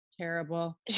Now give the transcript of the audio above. Terrible